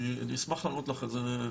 אשמח להראות לך את זה,